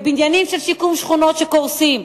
בבניינים של שיקום שכונות שקורסים.